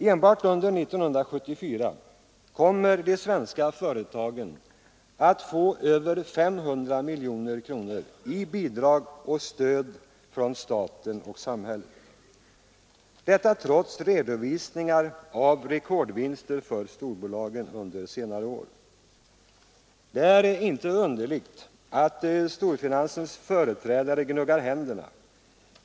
Enbart under 1974 kommer de svenska företagen att få över 500 miljoner kronor i bidrag och stöd från staten och samhället — detta trots redovisningar av rekordvinster för storbolagen under senare år. Det är inte underligt att storfinansens företrädare gnuggar händerna.